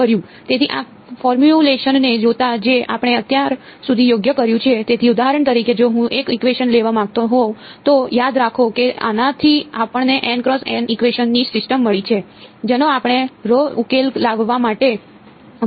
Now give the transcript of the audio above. તેથી આ ફોર્મ્યુલેશનને જોતા જે આપણે અત્યાર સુધી યોગ્ય કર્યું છે તેથી ઉદાહરણ તરીકે જો હું એક ઇકવેશન લેવા માંગતો હો તો યાદ રાખો કે આનાથી આપણને ઇકવેશન ની સિસ્ટમ મળી છે જેનો આપણે ઉકેલ લાવવા માટે ઉપયોગ કરીએ છીએ